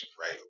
right